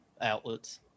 outlets